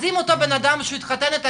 אז אם אותו בנאדם שהוא התחתן איתה,